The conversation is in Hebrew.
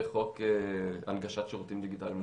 חוק הנגשת שירותים דיגיטליים לציבור.